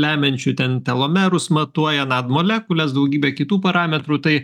lemiančių ten telomerus matuoja na molekules daugybę kitų parametrų tai